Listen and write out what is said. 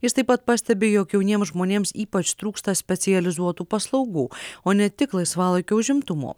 jis taip pat pastebi jog jauniems žmonėms ypač trūksta specializuotų paslaugų o ne tik laisvalaikio užimtumo